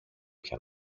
πια